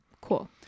Cool